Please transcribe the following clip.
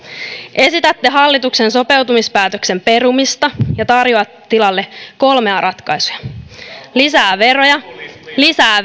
esitätte hallituksen sopeutuspäätösten perumista ja tarjoatte tilalle kolmea ratkaisua lisää veroja lisää